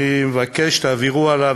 אני מבקש שתעבירו הלאה,